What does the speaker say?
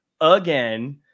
again